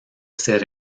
ser